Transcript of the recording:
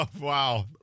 Wow